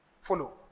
Follow